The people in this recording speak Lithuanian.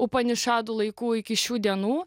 upanišadų laikų iki šių dienų